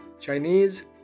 Chinese